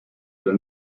oder